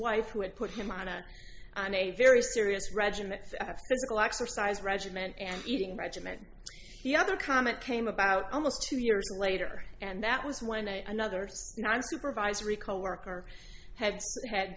wife who had put him on a very serious regiment of physical exercise regiment and eating regiment the other comment came about almost two years later and that was when i know others on supervisory coworker had had